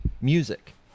Music